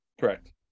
correct